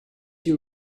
you